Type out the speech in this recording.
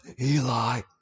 Eli